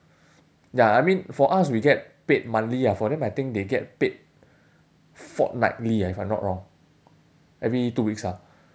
ya I mean for us we get paid monthly ah for them I think they get paid fortnightly ah if I'm not wrong every two weeks ah